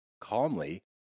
calmly